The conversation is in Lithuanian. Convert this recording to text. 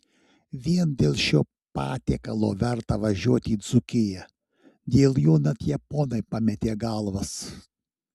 vien dėl šio patiekalo verta važiuoti į dzūkiją dėl jo net japonai pametė galvas